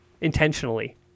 Intentionally